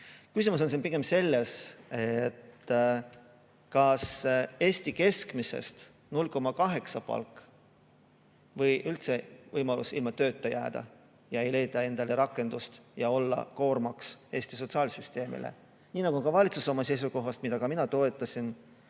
Küsimus on siin pigem selles, kas Eesti keskmisest 0,8 või võimalus üldse ilma tööta jääda ja mitte leida endale rakendust ja olla seetõttu koormaks Eesti sotsiaalsüsteemile. Nii nagu ka valitsus [ütles] oma seisukohas, mida ka mina toetasin,